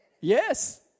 Yes